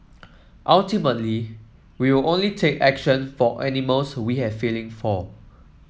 ultimately we will only take action for animals we have feeling for